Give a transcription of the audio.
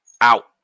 out